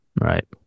Right